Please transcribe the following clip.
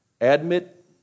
Admit